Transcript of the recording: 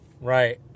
Right